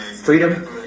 freedom